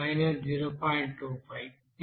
25